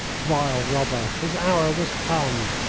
vile robber, his hour was come!